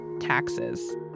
taxes